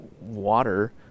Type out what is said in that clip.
water